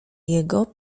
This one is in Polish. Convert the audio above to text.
jego